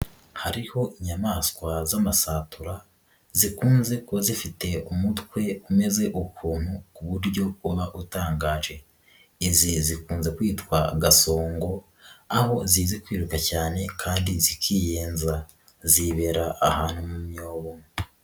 Hariho inyamaswa z'amasatura, zikunze kuba zifite umutwe umeze ukuntu ku buryo uba utangaje, izi zikunze kwitwa Gasongo, aho zizi kwiruka cyane kandi zikiyenza, zibera ahantu mu myobo.